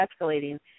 escalating